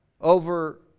over